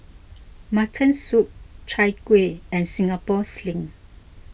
Mutton Soup Chai Kueh and Singapore Sling